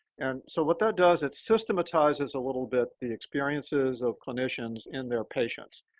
and so what that does, it systematizes a little bit the experiences of clinicians in their patients.